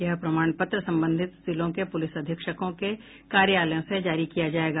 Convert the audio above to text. यह प्रमाण पत्र संबंधित जिलों के पुलिस अधीक्षकों के कार्यालयों से जारी किया जायेगा